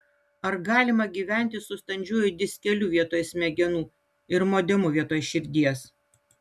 ar galima gyventi su standžiuoju diskeliu vietoj smegenų ir modemu vietoj širdies